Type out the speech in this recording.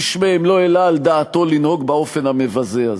איש מהם לא העלה על דעתו לנהוג באופן המבזה הזה.